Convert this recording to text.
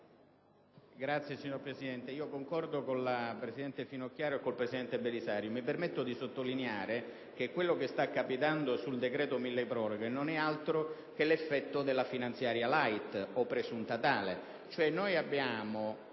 Signor Presidente, concordo con la presidente Finocchiaro e con il presidente Belisario. Mi permetto di sottolineare che quello che sta capitando sul decreto milleproroghe non è altro che l'effetto della finanziaria *light* o presunta tale.